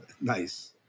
Nice